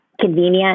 convenient